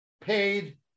paid